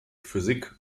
physik